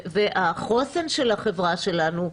והחוסן של החברה שלנו,